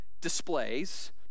displays